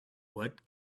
what